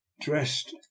dressed